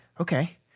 okay